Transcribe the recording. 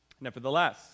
Nevertheless